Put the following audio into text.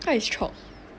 what is chalk